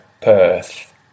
Perth